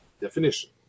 definition